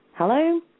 Hello